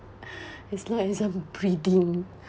as long as I'm breathing